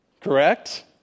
correct